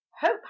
Hope